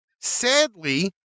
Sadly